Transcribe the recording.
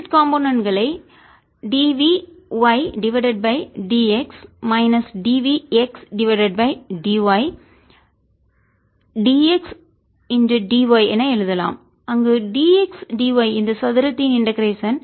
dSzdxdy இதன் Z காம்போனன்ட்களை dv y divided by d x minus dv x divided by d y d x d y என எழுதலாம் அங்கு d x d y இந்த சதுரத்தின் integration